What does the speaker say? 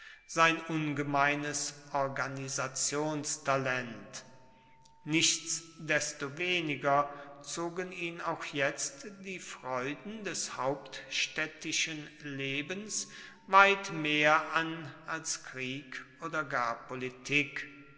sein ungemeines organisationstalent nichtsdestoweniger zogen ihn auch jetzt die freuden des hauptstädtischen lebens weit mehr an als krieg oder gar politik